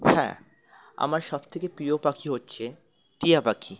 হ্যাঁ আমার সব থেকে প্রিয় পাখি হচ্ছে টিয়া পাখি